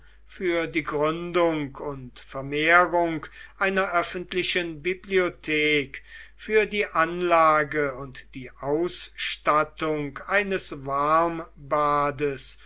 für die gründung und vermehrung einer öffentlichen bibliothek für die anlage und die ausstattung eines